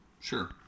Sure